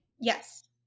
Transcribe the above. Yes